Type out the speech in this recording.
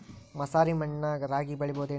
ಮಸಾರಿ ಮಣ್ಣಾಗ ರಾಗಿ ಬೆಳಿಬೊದೇನ್ರೇ?